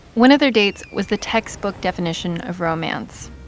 one of their dates was the textbook definition of romance